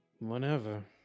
Whenever